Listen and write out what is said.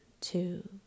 two